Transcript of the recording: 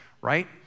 right